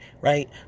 right